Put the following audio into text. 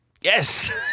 yes